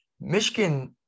Michigan